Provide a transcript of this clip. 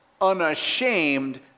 unashamed